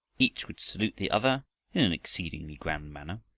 each would salute the other in an exceedingly grand manner,